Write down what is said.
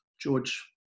George